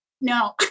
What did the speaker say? no